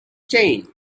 chain